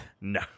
No